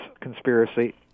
conspiracy